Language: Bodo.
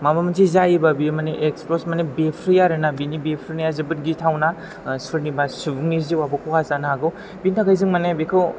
माबा मोनसे जायोबा बियो माने एक्सप्लद माने बेरफ्रुयो आरो ना बिनि बेरफ्रुनाया जोबोद गिथावना सोरनिबा सुबुंनि जिउआबो खहा हागौ बिनि थाखाय जों माने बेखौ